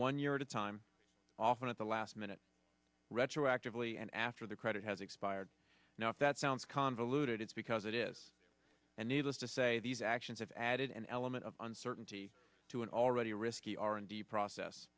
one year at a time often at the last minute retroactively and after the credit has expired now that sounds convoluted it's because it is and needless to say these actions have added an element of uncertainty to an already risky r and d process